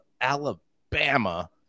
Alabama